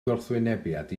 gwrthwynebiad